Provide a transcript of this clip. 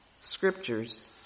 scriptures